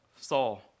Saul